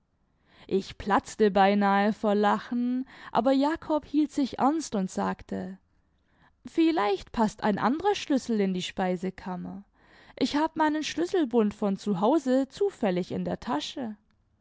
ich platzte beinahe vor lachen aber jakob hielt sich ernst und sagte vielleicht paßt ein anderer schlüssel in die speisekammer ich hab meinen schlüsselbund von zu hause zufähig in der tasche